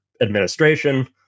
administration